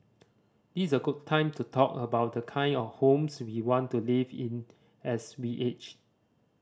is a good time to talk about the kind of homes we want to live in as we age